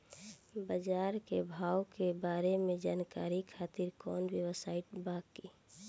बाजार के भाव के बारे में जानकारी खातिर कवनो वेबसाइट बा की?